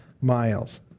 miles